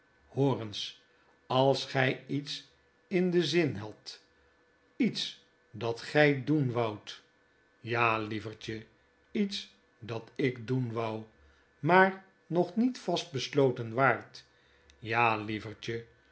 eens als gij iets in den zin hadt iets dat gij doen woudt ja lievertje iets dat ik doen woup maar nog niet vast besloten waart ja lievertje